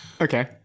Okay